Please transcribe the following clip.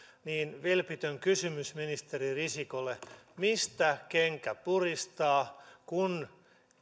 niin vilpitön kysymys ministeri risikolle mistä kenkä puristaa kun